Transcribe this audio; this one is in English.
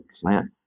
plant